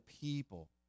people